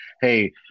Hey